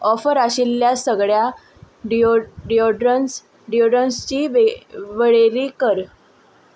offer आशिल्ल्या सगळ्या deo डिओड्रंट्सची वे वळेरी कर